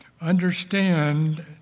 understand